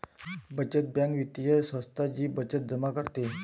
बचत बँक वित्तीय संस्था जी बचत जमा करते